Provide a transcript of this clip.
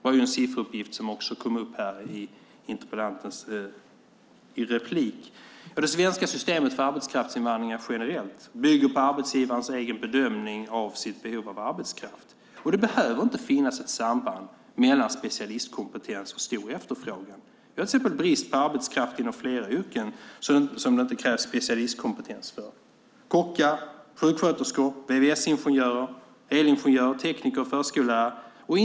Det är en sifferuppgift som kom upp i interpellantens inlägg. Det svenska systemet för arbetskraftsinvandring generellt bygger på arbetsgivarens egen bedömning av behovet av arbetskraft. Det behöver inte finnas ett samband mellan specialistkompetens och stor efterfrågan. Vi har brist på arbetskraft inom flera yrken som det inte krävs specialistkompetens för. Det är till exempel kockar, sjuksköterskor, vvs-ingenjörer, elingenjörer, tekniker och förskollärare.